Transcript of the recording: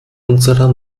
unserer